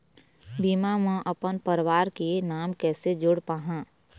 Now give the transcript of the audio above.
बीमा म अपन परवार के नाम कैसे जोड़ पाहां?